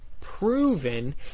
proven